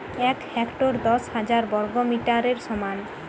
এক হেক্টর দশ হাজার বর্গমিটারের সমান